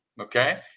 okay